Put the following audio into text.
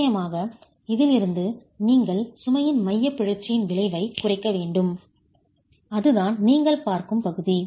நிச்சயமாக இதிலிருந்து நீங்கள் சுமையின் மையப் பிறழ்ச்சியின் விளைவைக் குறைக்க வேண்டும் அதுதான் நீங்கள் பார்க்கும் பகுதி